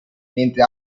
mentre